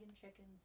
chickens